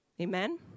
Amen